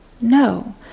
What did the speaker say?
no